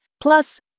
plus